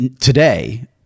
today